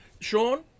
Sean